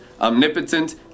omnipotent